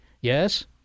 Yes